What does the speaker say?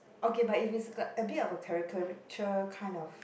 okay but if it's like a a bit of a caricature kind of